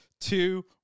two